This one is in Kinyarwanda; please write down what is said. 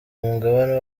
umugabane